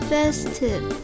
Festive